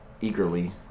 eagerly